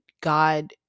god